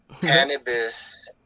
Cannabis